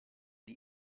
sie